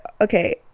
Okay